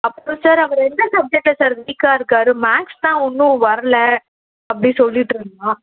அப்புறோம் சார் அவர் எந்த சப்ஜெக்ட்டில் சார் வீக்காக இருக்கார் மேக்ஸ் தான் ஒன்றும் வரலை அப்படி சொல்லிடுட்ருந்தான்